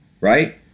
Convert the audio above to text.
Right